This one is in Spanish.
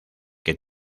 que